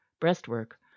breastwork